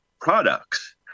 products